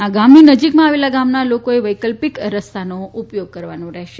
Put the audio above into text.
આ ગામની નજીકમાં આવેલા ગામના લોકોએ વૈકલ્પિક રસ્તાનો ઉપયોગ કરવાનો રહેશે